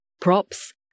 props